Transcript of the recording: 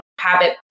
habit